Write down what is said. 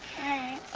okay.